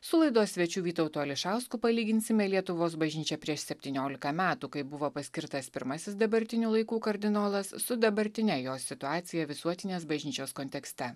su laidos svečiu vytautu ališausku palyginsime lietuvos bažnyčią prieš septyniolika metų kai buvo paskirtas pirmasis dabartinių laikų kardinolas su dabartine jo situacija visuotinės bažnyčios kontekste